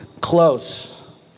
close